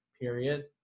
period